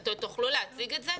אתם תוכלו להציג את זה?